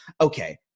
Okay